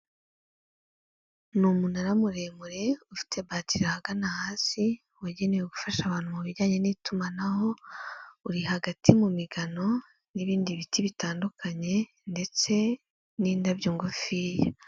Ni umunara muremure ufite batiri ahagana hasi, wagenewe gufasha abantu mu bijyanye n'itumanaho, uri hagati mu migano n'ibindi biti bitandukanye, ndetse n'indabyo ngufiya.